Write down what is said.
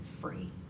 free